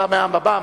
אתה מהבמה.